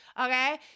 Okay